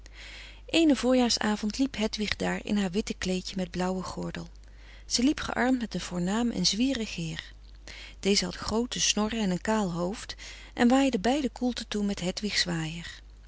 en verlegen eenen voorjaarsavond liep hedwig daar in haar witte kleedje met blauwen gordel zij liep gearmd met een voornaam en zwierig heer deze had groote snorren en een kaal hoofd en waaide beiden koelte toe met